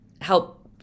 help